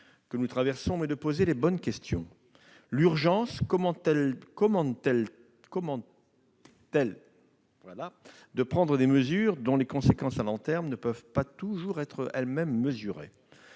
que nous traversons. Il s'agit de poser les bonnes questions. L'urgence commande-t-elle de prendre des mesures dont les conséquences à long terme ne peuvent pas toujours être mesurées ?